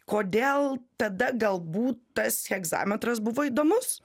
kodėl tada galbūt tas hegzametras buvo įdomus